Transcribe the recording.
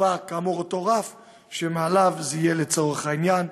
נקבע כאמור אותו רף שמעליו זה יהיה, לצורך העניין,